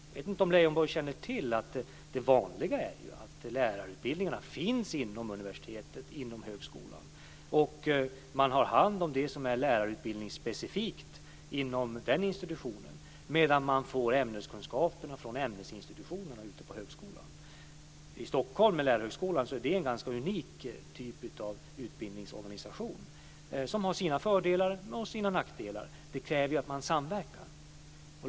Jag vet inte om Leijonborg känner till att det vanliga är att lärarutbildningarna finns inom universitetet och högskolan. Det som är specifikt för lärarutbildningen tas om hand av den institutionen, medan ämneskunskaperna fås från ämnesinstitutionerna ute på högskolan. Lärarhögskolan i Stockholm är en unik typ av utbildningsorganisation, som har sina fördelar och sina nackdelar. Det krävs samverkan.